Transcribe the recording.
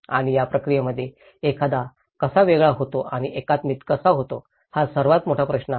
आणि या प्रक्रियेमध्ये एखादा कसा वेगळा होतो आणि एकात्मिक कसा होतो हा सर्वात मोठा प्रश्न आहे